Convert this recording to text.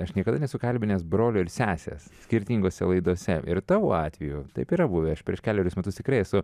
aš niekada nesu kalbinęs brolio ir sesės skirtingose laidose ir tavo atveju taip yra buvę aš prieš kelerius metus tikrai esu